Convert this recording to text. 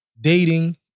dating